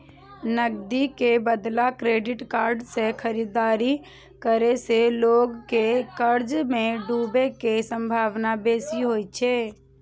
नकदी के बदला क्रेडिट कार्ड सं खरीदारी करै सं लोग के कर्ज मे डूबै के संभावना बेसी होइ छै